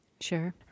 Sure